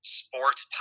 sports